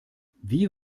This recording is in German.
wie